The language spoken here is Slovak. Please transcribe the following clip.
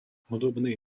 hudobný